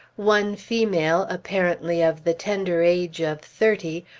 one female, apparently of the tender age of thirty,